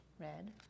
red